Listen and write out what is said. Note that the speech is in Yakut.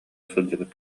сылдьыбыт